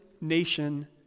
nation